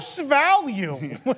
value